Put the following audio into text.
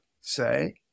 say